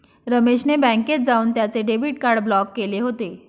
रमेश ने बँकेत जाऊन त्याचे डेबिट कार्ड ब्लॉक केले होते